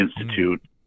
Institute